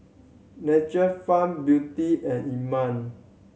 Nature Farm Beauty and